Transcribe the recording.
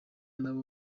nawe